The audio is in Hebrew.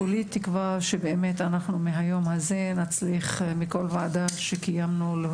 כולי תקווה שמהיום הזה נצליח להוציא